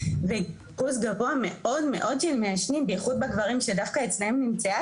וריכוז גבוה מאוד מאוד של מעשנים בייחוד בגברים שדווקא אצלם נמצאה